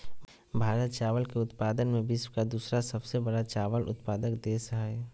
भारत चावल के उत्पादन में विश्व के दूसरा सबसे बड़ा चावल उत्पादक देश हइ